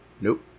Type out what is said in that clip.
nope